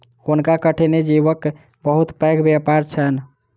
हुनका कठिनी जीवक बहुत पैघ व्यापार छैन